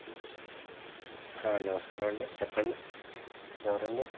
నమస్కారం అండి చెప్పండి ఎవరండి